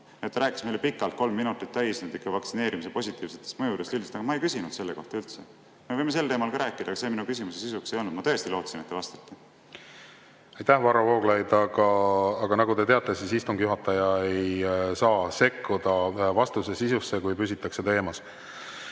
Te rääkisite meile pikalt, kolm minutit täis, vaktsineerimise positiivsetest mõjudest üldiselt, aga ma ei küsinud üldse selle kohta. Me võime sel teemal ka rääkida, aga see minu küsimuse sisuks ei olnud. Ma tõesti lootsin, et te vastate. Aitäh, Varro Vooglaid! Aga nagu te teate, siis istungi juhataja ei saa sekkuda vastuse sisusse, kui püsitakse teemas.